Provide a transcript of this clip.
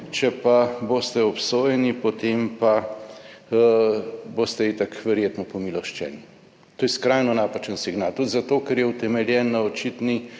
Če pa boste obsojeni, potem pa boste itak verjetno pomiloščeni. To je skrajno napačen signal. Tudi zato, ker je utemeljen na očitni